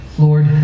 Lord